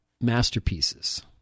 masterpieces